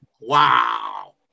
Wow